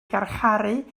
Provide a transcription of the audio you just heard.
garcharu